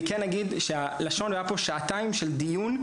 אני כן אגיד שהיו פה שעתיים של דיון,